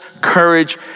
courage